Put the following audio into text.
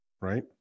right